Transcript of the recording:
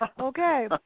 Okay